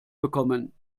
bekommen